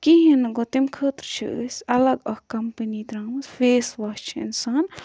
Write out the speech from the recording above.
کِہیٖنۍ نہٕ گوٚو تَمہِ خٲطرٕ چھِ أسۍ اَلَگ اَکھ کَمپٔنی درامٕژ فیس واش چھِ اِنسان